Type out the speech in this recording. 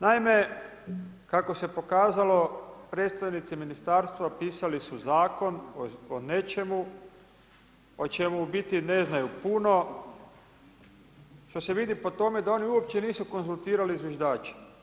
Naime, kako se pokazalo predstavnici ministarstva pisali su zakon o nečemu o čemu u biti ne znaju puno što se vidi po tome da oni uopće nisu konzultirali zviždače.